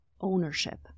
ownership